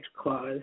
clause